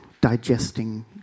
digesting